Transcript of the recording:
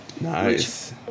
nice